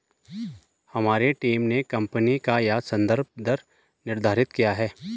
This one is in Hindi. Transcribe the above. हमारी टीम ने कंपनी का यह संदर्भ दर निर्धारित किया है